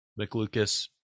McLucas